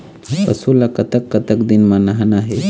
पशु ला कतक कतक दिन म नहाना हे?